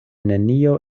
nenio